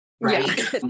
right